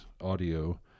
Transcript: audio